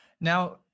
Now